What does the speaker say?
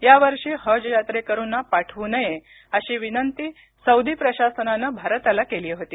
या वर्षी हज यात्रेकरूना पाठवू नये अशी विनंती सौदी प्रशासनानं भारताला केली होती